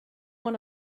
want